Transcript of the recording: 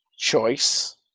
Choice